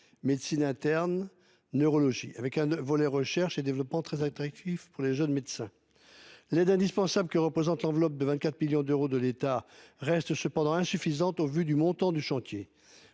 médecine interne ou la neurologie, et un volet de recherche et développement très intéressant pour les jeunes médecins. L'aide indispensable que représente cette enveloppe de 24 millions d'euros de l'État reste cependant insuffisante au vu du coût du chantier.